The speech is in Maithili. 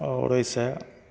आओर एहि सऽ